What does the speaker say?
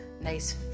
nice